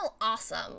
awesome